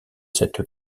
cette